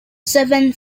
seven